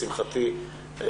לשמחתי,